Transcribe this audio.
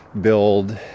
build